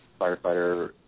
firefighter